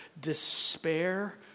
despair